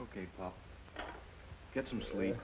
ok i'll get some sleep